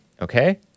okay